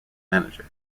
manager